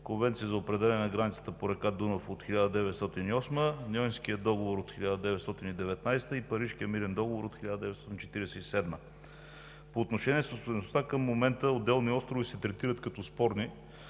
Конвенцията за определяне на границата по река Дунав от 1908 г.; Ньойския договор от 1919 г. и Парижкия мирен договор от 1947 г. По отношение собствеността. Към момента отделни острови се третират като спорни.